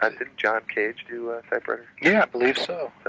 ah didn't john cage do a typewriter? yeah, i believe so.